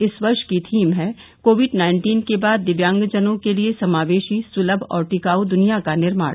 इस वर्ष की थीम है कोविड नाइन्टीन के बाद दिव्यांग जनों के लिए समावेशी सुलभ और टिकाऊ दनिया का निर्माण